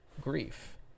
grief